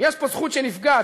יש פה זכות שנפגעת,